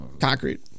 Concrete